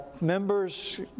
members